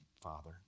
father